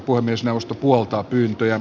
puhemiesneuvosto puoltaa pyyntöjä